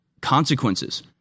consequences